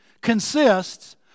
consists